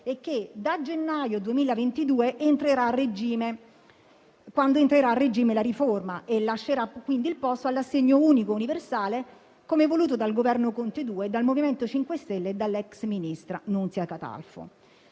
regime, quando entrerà a regime la riforma e lascerà quindi il posto all'assegno unico universale, come voluto dal Governo Conte II, dal MoVimento 5 Stelle e dall'ex ministra Nunzia Catalfo.